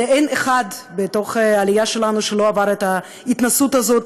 ואין אחד בעלייה שלנו שלא עבר את ההתנסות הזאת,